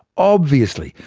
obviously,